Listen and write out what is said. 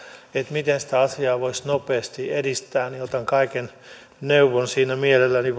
miten sitä asiaa voisi nopeasti edistää niin otan kaiken neuvon siinä mielelläni